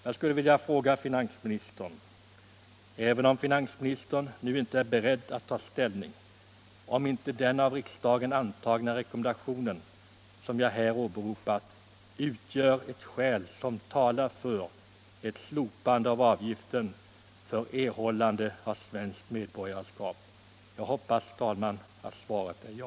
Jag skulle vilja fråga finansministern, även om finansministern nu inte är beredd att ta ställning, om inte den av riksdagen antagna rekommendation som jag här åberopat utgör ett skäl som talar för ett slopande av avgiften för erhållande av svenskt medborgarskap. Jag hoppas, herr talman, att svaret är ja.